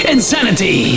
Insanity